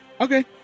okay